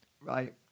right